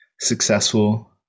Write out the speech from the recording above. successful